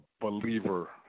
believer